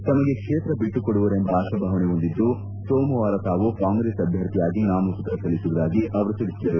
ತಮಗೆ ಕ್ಷೇತ್ರ ಬಿಟ್ಟುಕೊಡುವರೆಂಬ ಆಶಾಭಾವನೆ ಹೊಂದಿದ್ದು ಸೋಮವಾರ ತಾವು ಕಾಂಗ್ರೆಸ್ ಅಭ್ಯರ್ಥಿಯಾಗಿ ನಾಮಪತ್ರ ಸಲ್ಲಿಸುವುದಾಗಿ ಅವರು ತಿಳಿಸಿದರು